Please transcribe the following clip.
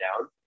down